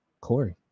Corey